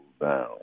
down